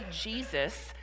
Jesus